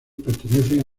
pertenecen